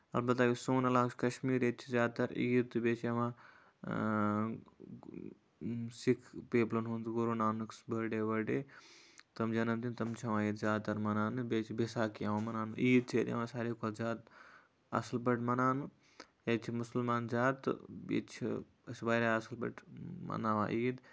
اَلبتہ یُس سون علاقہٕ چھُ کَشمیٖر ییٚتہِ چھِ زیادٕ تَر عیٖد تہٕ بیٚیہِ چھِ یِوان سِکھ پیٖپلَن ہُنٛد گُروٗنانک سُہ بٔرڈے ؤرڈے تِم جَنم دِن تِم چھِ ہاوان ییٚتہِ زیادٕ تر مَناونہٕ بیٚیہِ چھِ بیساکی یِوان مَناونہٕ عیٖد چھِ ییٚتہِ یِوان ساروی کھۄتہٕ زیادٕ اَصٕل پٲٹھۍ مَناونہٕ ییٚتہِ چھِ مُسلمان زیادٕ تہٕ ییٚتہِ چھِ أسۍ واریاہ اَصٕل پٲٹھۍ مَناوان عیٖد